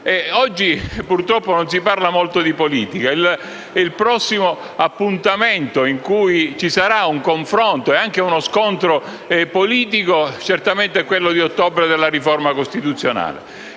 Oggi, purtroppo, non si parla molto di politica. Il prossimo appuntamento in cui ci saranno un confronto e anche uno scontro politico è sicuramente quello di ottobre, la riforma costituzionale,